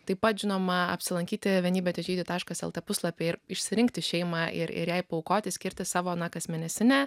taip pat žinoma apsilankyti vienybė težydi taškas lt puslapyje ir išsirinkti šeimą ir ir jai paaukoti skirti savo na kasmėnesinę